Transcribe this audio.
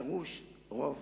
דרוש רוב